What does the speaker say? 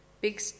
big